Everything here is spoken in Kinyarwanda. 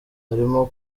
arimo